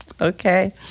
okay